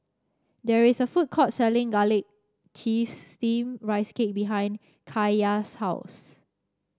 there is a food court selling Garlic Chives Steamed Rice Cake behind Kaiya's house